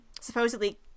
supposedly